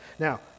Now